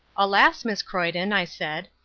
alas, miss croyden, i said,